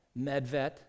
MedVet